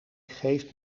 geeft